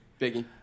Biggie